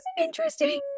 interesting